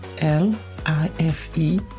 L-I-F-E